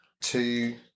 two